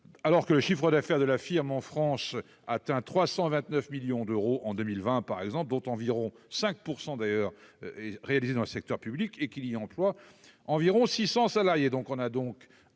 alors que le chiffre d'affaires de la firme en France atteint 329 millions d'euros en 2020 par exemple, dont environ 5 % d'ailleurs réalisé dans le secteur public et qu'il y emploie environ 600 salariés,